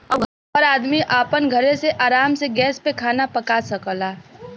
अब हर आदमी आपन घरे मे आराम से गैस पे खाना पका सकला